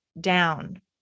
down